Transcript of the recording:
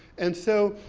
and so,